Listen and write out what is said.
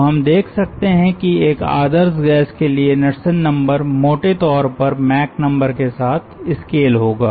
तो हम देख सकते हैं कि एक आदर्श गैस के लिए नड्सन नंबर मोटे तौर पर मैक नंबर के साथ स्केल होगा